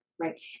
right